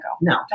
No